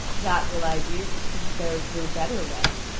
that will i do, since there is no better way.